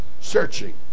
searching